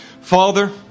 Father